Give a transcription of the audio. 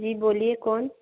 जी बोलिए कौन